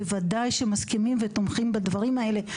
ודאי שמסכימים ותומכים בדברים האלה.